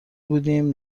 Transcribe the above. بودیم